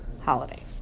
holiday